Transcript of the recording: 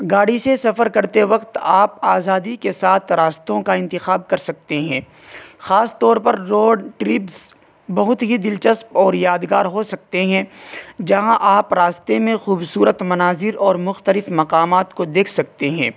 گاڑی سے سفر کرتے وقت آپ آزادی کے ساتھ راستوں کا انتخاب کر سکتے ہیں خاص طور پر روڈ ٹربس بہت ہی دلچسپ اور یادگار ہو سکتے ہیں جہاں آپ راستے میں خوبصورت مناظر اور مختلف مقامات کو دیکھ سکتے ہیں